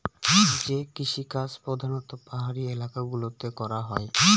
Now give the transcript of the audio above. যে কৃষিকাজ প্রধানত পাহাড়ি এলাকা গুলোতে করা হয়